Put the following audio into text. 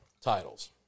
titles